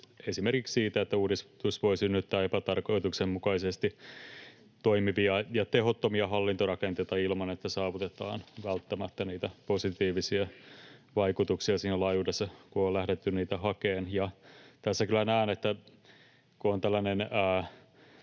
esimerkiksi siitä, että uudistus voi synnyttää epätarkoituksenmukaisesti toimivia ja tehottomia hallintorakenteita ilman, että välttämättä saavutetaan niitä positiivisia vaikutuksia siinä laajuudessa kuin on lähdetty niitä hakemaan. Tässä kyllä näen, että kun on tällainen